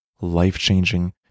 life-changing